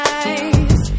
eyes